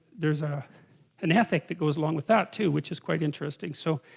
there's a an ethic that goes along with that too which is quite interesting so